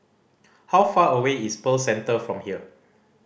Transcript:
how far away is Pearl Centre from here